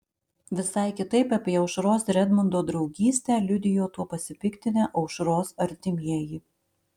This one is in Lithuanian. visai kitaip apie aušros ir edmundo draugystę liudijo tuo pasipiktinę aušros artimieji